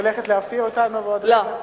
הולכת להפתיע אותנו בעוד רגע?